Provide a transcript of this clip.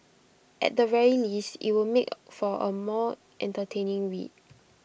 at the very least IT would make for A more entertaining read